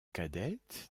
cadette